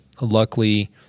luckily